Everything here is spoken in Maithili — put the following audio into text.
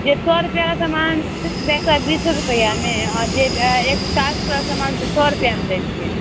जे सए रूपैआके समान से एक सए बीस रूपैआमे आओर जे साठि रूपैआके समान से सए रूपैआमे दै छियै